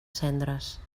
cendres